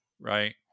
Right